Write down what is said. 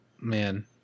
man